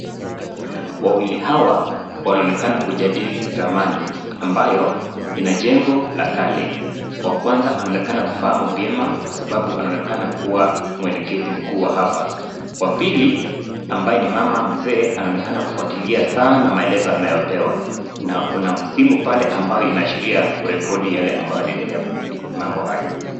Wawili hawa wanaonekana kujadili ramani ambayo ina jengo la kale. Wa kwanza aonekana kufahamu vyema kwa sababu anaonekana kuwa mwelekezi mkuu wa hapa. Wa pili ambaye ni mama mzee anaonekana kufuatilia sana maelezo anayopewa na kuna simu pale ambayo inaashiria kurekodi yale ambayo yanaendelea kwenye mambo hayo.